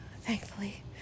thankfully